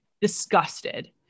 disgusted